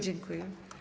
Dziękuję.